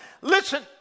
listen